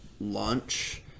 lunch